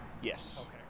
Yes